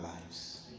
lives